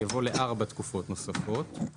יבוא "לארבע תקופות נוספות"; (ב)